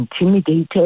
intimidated